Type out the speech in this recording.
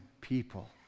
people